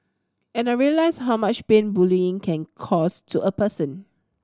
and I realised how much pain bullying can cause to a person